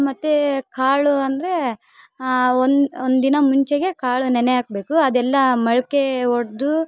ಮತ್ತು ಕಾಳು ಅಂದರೆ ಒಂದು ಒಂದಿನ ಮುಂಚೆಗೆ ಕಾಳು ನೆನೆ ಹಾಕ್ಬೇಕು ಅದೆಲ್ಲ ಮೊಳಕೆ ಒಡೆದು